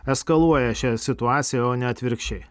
eskaluoja šią situaciją o ne atvirkščiai